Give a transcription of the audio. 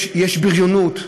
יש בריונות,